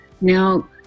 now